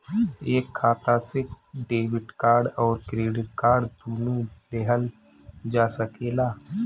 एक खाता से डेबिट कार्ड और क्रेडिट कार्ड दुनु लेहल जा सकेला?